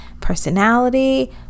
personality